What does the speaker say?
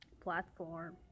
platform